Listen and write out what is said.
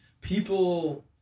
people